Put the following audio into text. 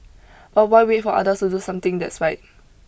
but why wait for others to do something that's right